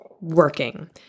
working